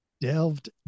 delved